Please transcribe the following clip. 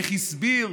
איך הסביר